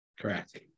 Correct